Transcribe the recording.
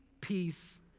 peace